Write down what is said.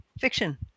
fiction